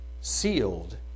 sealed